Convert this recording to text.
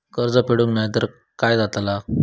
कर्ज फेडूक नाय तर काय जाताला?